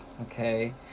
okay